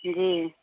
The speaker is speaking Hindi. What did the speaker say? जी